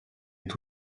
elle